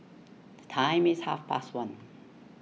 the time is half past one